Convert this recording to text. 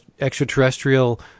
extraterrestrial